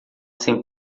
sem